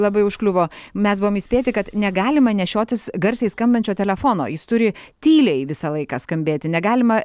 labai užkliuvo mes buvom įspėti kad negalima nešiotis garsiai skambančio telefono jis turi tyliai visą laiką skambėti negalima